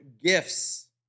gifts